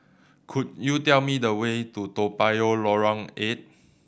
could you tell me the way to Toa Payoh Lorong Eight